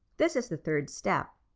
this is the third step.